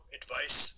advice